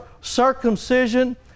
circumcision